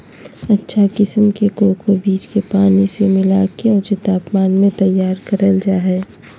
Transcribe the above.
अच्छा किसम के कोको बीज के पानी मे मिला के ऊंच तापमान मे तैयार करल जा हय